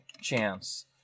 chance